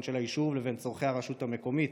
של היישוב לבין צורכי הרשות המקומית.